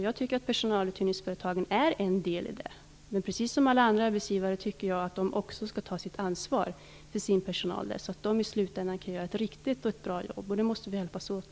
Jag tycker att personaluthyrningsföretagen är en del därav. Precis som alla andra arbetsgivare tycker jag att också dessa arbetsgivare skall ta sitt ansvar för sin personal, så att den i slutändan kan göra ett riktigt och ett bra jobb. Där måste vi hjälpas åt.